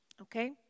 Okay